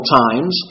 times